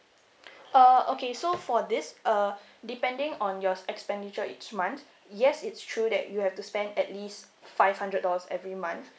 uh okay so for this uh depending on your expenditure each month yes it's true that you have to spend at least five hundred dollars every month